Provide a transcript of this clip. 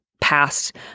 past